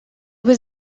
was